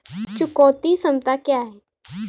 चुकौती क्षमता क्या है?